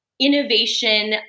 Innovation